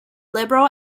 liberal